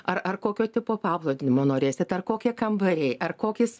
ar ar kokio tipo palūdimio norėsit ar kokie kambariai ar kokis